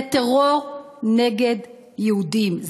זה טרור נגד יהודים,